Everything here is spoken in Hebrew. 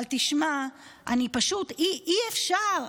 אבל תשמע, פשוט אי-אפשר.